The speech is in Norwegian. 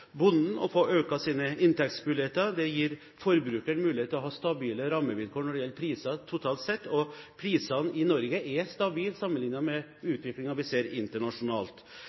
bonden til å få økt sine inntektsmuligheter, og det gir forbrukeren mulighet til å ha stabile rammevilkår når det gjelder priser totalt sett. Prisene i Norge er stabile sammenlignet med utviklingen vi ser internasjonalt.